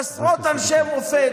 עשרות אנשי מופת.